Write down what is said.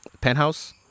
Penthouse